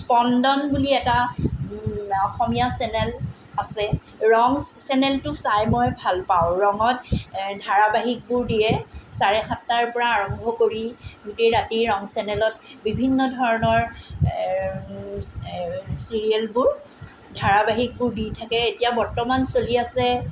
স্পন্দন বুলি এটা অসমীয়া চেনেল আছে ৰং চেনেলটো চাই মই ভাল পাওঁ ৰঙত এই ধাৰাবাহিকবোৰ দিয়ে চাৰে সাতটাৰ পৰা আৰম্ভ কৰি গোটেই ৰাতি ৰং চেনেলত বিভিন্ন ধৰণৰ চিৰিয়েলবোৰ ধাৰাবাহিকবোৰ দি থাকে এতিয়া বৰ্তমান চলি আছে